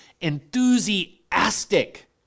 Enthusiastic